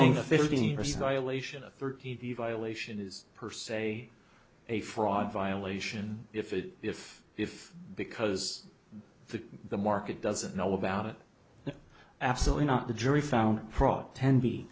thirty violation is per se a fraud violation if it if if because the the market doesn't know about it absolutely not the jury found fraud ten